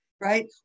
right